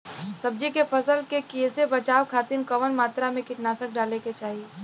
सब्जी के फसल के कियेसे बचाव खातिन कवन मात्रा में कीटनाशक डाले के चाही?